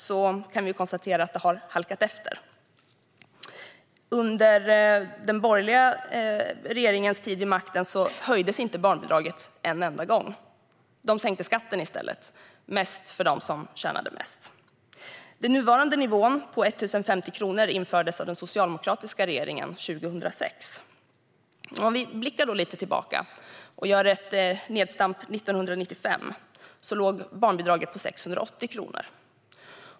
Vi kan konstatera att det har halkat efter. Under den borgerliga regeringens tid vid makten höjdes inte barnbidraget en enda gång. De sänkte skatten i stället - mest för dem som tjänade mest. Den nuvarande nivån, på 1 050 kronor, infördes av den socialdemokratiska regeringen 2006. Vi kan blicka tillbaka lite och göra ett nedslag 1995. Då låg barnbidraget på 680 kronor.